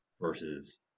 versus